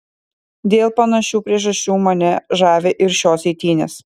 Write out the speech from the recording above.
dėl panašių priežasčių mane žavi ir šios eitynės